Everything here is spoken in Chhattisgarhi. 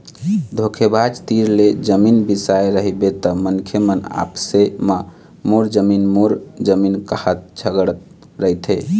धोखेबाज तीर ले जमीन बिसाए रहिबे त मनखे मन आपसे म मोर जमीन मोर जमीन काहत झगड़त रहिथे